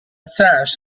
sash